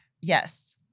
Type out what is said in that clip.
Yes